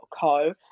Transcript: .co